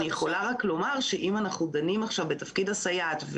אני יכולה רק לומר שאם אנחנו דנים עכשיו בתפקיד הסייעת,